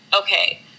okay